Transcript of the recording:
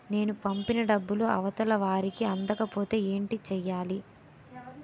నేను పంపిన డబ్బులు అవతల వారికి అందకపోతే ఏంటి చెయ్యాలి?